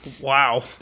wow